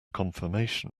confirmation